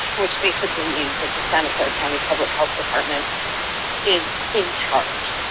which basically means that the santa clara county public health department is in charge.